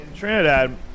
Trinidad